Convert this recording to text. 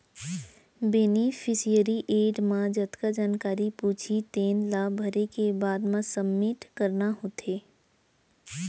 beneficiary add म जतका जानकारी पूछही तेन ला भरे के बाद म सबमिट करना होथे